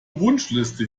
wunschliste